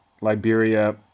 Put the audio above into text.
Liberia